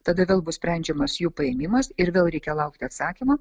tada vėl bus sprendžiamas jų paėmimas ir vėl reikia laukti atsakymo